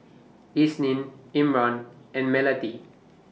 Isnin Imran and Melati